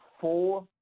four